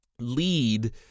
lead